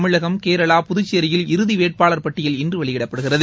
தமிழகம் கேரளா புதுச்சேரியில்இறுதி வேட்பாளர் பட்டியல் இன்று வெளியிடப்படுகிறது